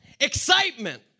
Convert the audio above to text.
excitement